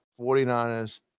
49ers